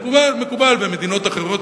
מקובל במדינות אחרות,